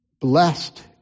Blessed